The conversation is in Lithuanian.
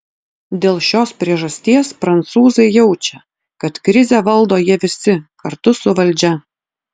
dėl šios priežasties prancūzai jaučia kad krizę valdo jie visi kartu su valdžia